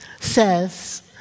says